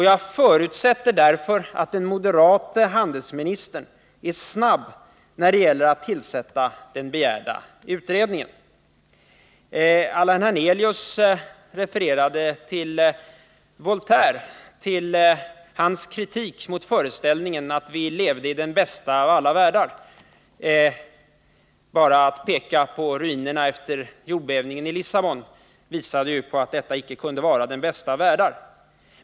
Jag förutsätter därför att den moderate handelsministern är snabb när det gäller att tillsätta den begärda utredningen. Allan Hernelius refererade till Voltaires kritik mot föreställningen att vi levde i den bästa av alla världar. Bara genom att peka på ruinerna efter jordbävningen i Lissabon visade han ju att detta inte kunde vara den bästa av världar.